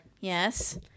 yes